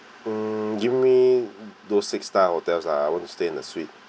mm give me those six star hotels lah I want to stay in the suite